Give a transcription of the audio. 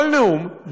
כל נאום,